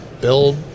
build